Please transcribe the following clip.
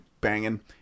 banging